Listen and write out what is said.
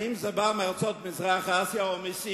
האם זה בא מארצות מזרח-אסיה או מסין?